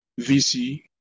VC